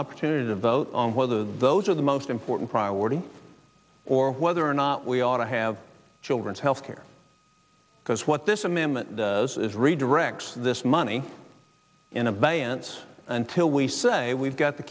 opportunity to vote on whether those are the most important priority or whether or not we ought to have children's health care because what this amendment does is redirects this money in advance until we say we've got the